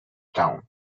town